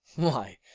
why,